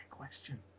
Question